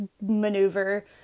maneuver